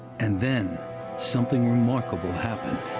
and then something remarkable happened.